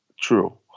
true